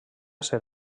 ser